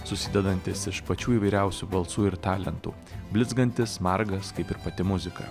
susidedantis iš pačių įvairiausių balsų ir talentų blizgantis margas kaip ir pati muzika